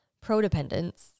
pro-dependence